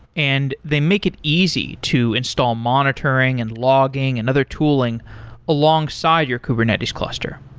and they make it easy to install monitoring and logging and other tooling alongside your kubernetes cluster.